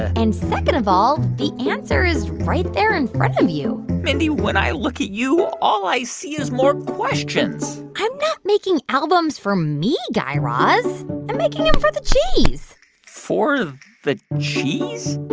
and second of all, the answer is right there in front of you mindy, when i look at you, all i see is more questions i'm not making albums for me, guy raz i'm making them for the cheese for the the cheese?